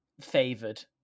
favored